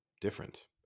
different